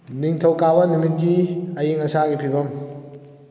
ꯅꯤꯡꯊꯧꯀꯥꯕ ꯅꯨꯃꯤꯠꯒꯀꯤ ꯑꯏꯡ ꯑꯁꯥꯒꯤ ꯐꯤꯕꯝ